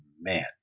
man